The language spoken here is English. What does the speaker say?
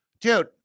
dude